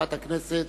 חברת הכנסת